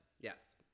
Yes